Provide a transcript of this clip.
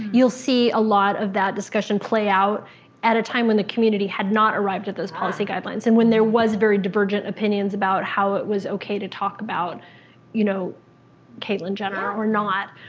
you'll see a lot of that discussion play out at a time when the community had not arrived at those policy guidelines and when there was very divergent opinions about how it was okay to talk about you know caitlyn jenner or not.